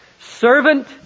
Servant